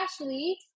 Ashley